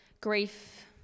grief